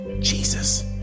Jesus